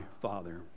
Father